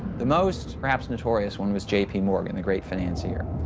the most perhaps notorious one was j p. morgan, the great financier.